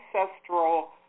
ancestral